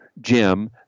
Jim